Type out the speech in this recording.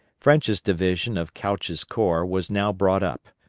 french's division of couch's corps was now brought up,